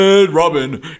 Robin